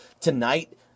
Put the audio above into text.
Tonight